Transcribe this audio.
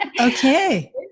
Okay